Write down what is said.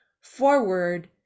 forward